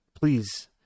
please